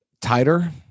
tighter